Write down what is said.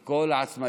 את כל העצמאים,